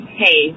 hey